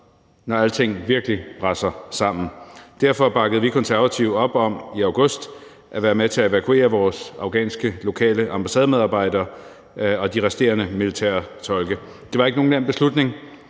når alting virkelig braser sammen. Derfor bakkede vi Konservative i august op om at være med til at evakuere vores lokale afghanske ambassademedarbejdere og de resterende militære tolke. Det var ikke nogen nem beslutning.